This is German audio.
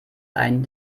ein